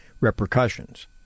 repercussions